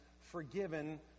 forgiven